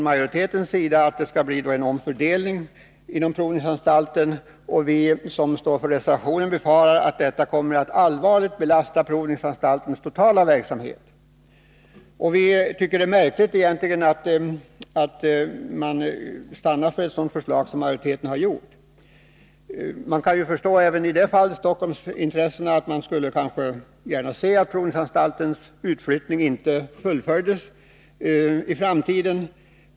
Majoriteten föreslår en omfördelning inom provningsanstalten. Och vi som står för reservationen befarar att det kommer att bli en allvarlig belastning av provningsanstaltens totala verksamhet. Jag tycker det är märkligt att majoriteten har stannat för detta förslag. Man kan även i detta fall förstå att Stockholmsintressena gärna ser att provningsanstaltens utflyttning inte fullföljs i framtiden.